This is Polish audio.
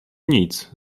nic